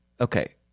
okay